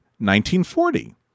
1940